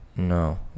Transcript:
No